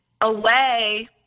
away